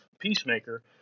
Peacemaker